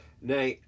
Now